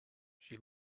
she